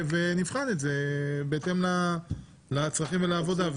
נבחן את זה בהתאם לצרכים ולעבודה,